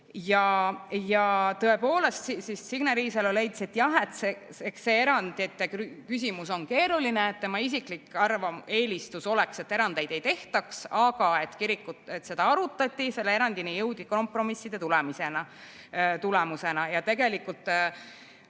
on? Tõepoolest, Signe Riisalo leidis, et jah, eks see erandite küsimus ole keeruline. Tema isiklik eelistus oleks, et erandeid ei tehtaks, aga seda arutati, selle erandini jõuti kompromisside tulemusena ja tegelikult